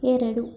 ಎರಡು